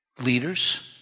leaders